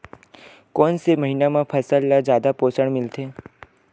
कोन से महीना म फसल ल जादा पोषण मिलथे?